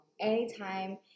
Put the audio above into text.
anytime